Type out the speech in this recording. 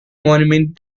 monument